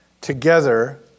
together